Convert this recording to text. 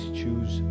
choose